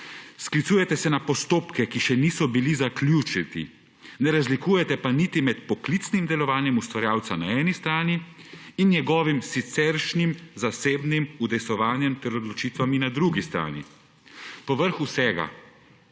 Sklicujete se na postopke, ki še niso bili zaključeni, ne razlikujete pa niti med poklicnim delovanjem ustvarjalca na eni strani in njegovim siceršnjim zasebnim udejstvovanjem ter odločitvami na drugi strani. Povrh vsega